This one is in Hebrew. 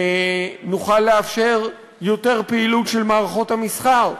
נוכל לאפשר יותר פעילות של מערכות המסחר.